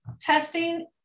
testing